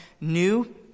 new